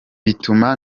bituma